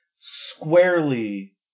squarely